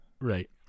right